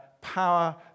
power